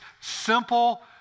simple